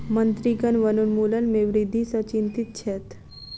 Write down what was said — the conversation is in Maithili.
मंत्रीगण वनोन्मूलन में वृद्धि सॅ चिंतित छैथ